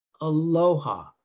Aloha